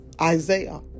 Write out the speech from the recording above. Isaiah